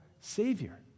Savior